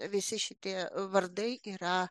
visi šitie vardai yra